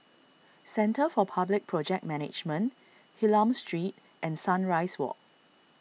Centre for Public Project Management Hylam Street and Sunrise Walk